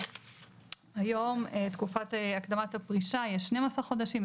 היום תקופת הקדמת הפרישה יש 12 חודשים,